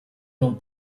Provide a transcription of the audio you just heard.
non